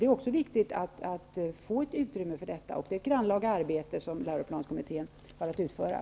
Det är viktigt att få utrymme för det, och det är ett grannlaga arbete som läroplanskommittén har att utföra.